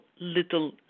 little